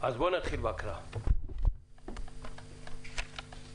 אני מציע לקרוא את התקנות.